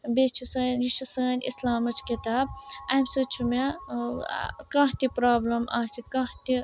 بیٚیہِ چھِ سٲنۍ یہِ چھِ سٲنۍ اِسلامٕچ کِتاب اَمہِ سۭتۍ چھُ مےٚ ٲں کانٛہہ تہِ پرٛابلم آسہِ کانٛہہ تہِ